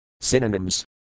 Synonyms